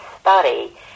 study